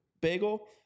bagel